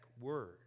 word